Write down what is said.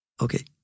Okay